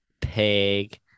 Pig